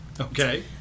Okay